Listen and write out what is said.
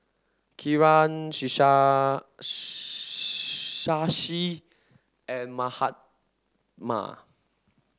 Kiran Shashi and Mahatma